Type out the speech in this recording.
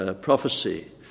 prophecy